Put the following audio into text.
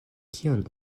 kion